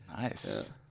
nice